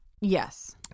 yes